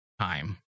time